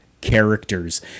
characters